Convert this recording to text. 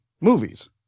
movies